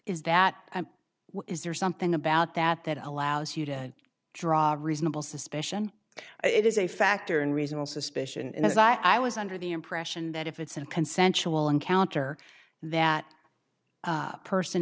is that is there something about that that allows you to draw reasonable suspicion it is a factor in reasonable suspicion as i was under the impression that if it's a consensual encounter that person